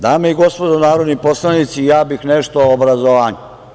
Dame i gospodo narodni poslanici, ja bih nešto o obrazovanju.